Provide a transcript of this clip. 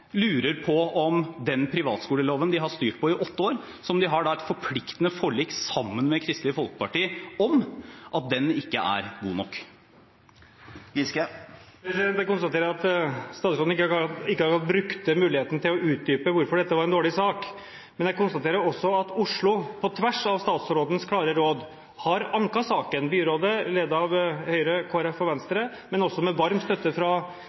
lurer på om den privatskoleloven de har styrt på i åtte år, som de har et forpliktende forlik sammen med Kristelig Folkeparti om, ikke er god nok. Jeg konstaterer at statsråden ikke akkurat brukte muligheten til å utdype hvorfor dette var en dårlig sak. Men jeg konstaterer også at Oslo på tvers av statsrådens klare råd har anket saken. Byrådet, ledet av Høyre, Kristelig Folkeparti og Venstre, men også med varm støtte fra